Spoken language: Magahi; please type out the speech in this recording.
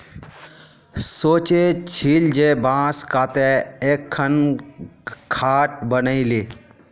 सोचे छिल जे बांस काते एकखन खाट बनइ ली